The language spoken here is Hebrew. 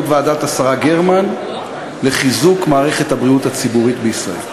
ועדת השרה גרמן לחיזוק מערכת הבריאות הציבורית בישראל.